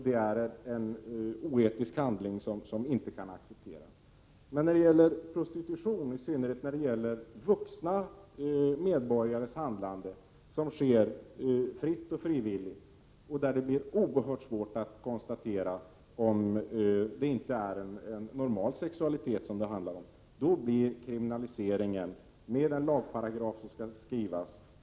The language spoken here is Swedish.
Det är en oetisk handling som inte kan accepteras. Men när det gäller prostitution, i synnerhet vuxna medborgares handlande, som sker fritt och frivilligt, kan det bli oerhört svårt att konstatera om det inte handlar om normal sexualitet.